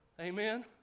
Amen